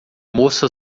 moça